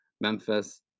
Memphis